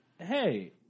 Hey